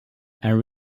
and